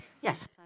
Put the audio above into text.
Yes